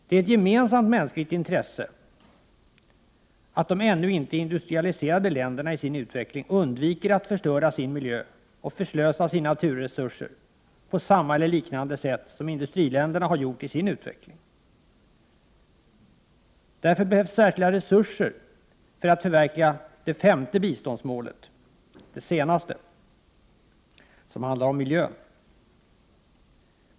Det är ett gemensamt mänskligt intresse att de ännu inte industrialiserade länderna i sin utveckling undviker att förstöra sin miljö och förslösa sina naturresurser på samma eller liknande sätt som industriländerna har gjort i sin utveckling. Det behövs särskilda resruser för att förverkliga det femte biståndsmålet, det senaste som handlar om miljön.